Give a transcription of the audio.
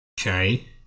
Okay